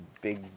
big